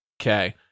Okay